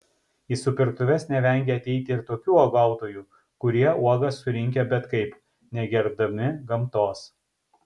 į supirktuves nevengia ateiti ir tokių uogautojų kurie uogas surinkę bet kaip negerbdami gamtos